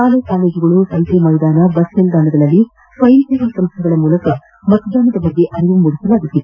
ಶಾಲಾಕಾಲೇಜುಗಳು ಸಂತೆ ಮೈದಾನ ಬಸ್ ನಿಲ್ದಾಣಗಳಲ್ಲಿ ಸ್ವಯಂ ಸೇವಾಸಂಸ್ದೆಗಳ ಮೂಲಕ ಮತದಾನದ ಕುರಿತು ಅರಿವು ಮೂಡಿಸಲಾಗುತ್ತಿದೆ